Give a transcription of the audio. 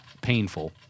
painful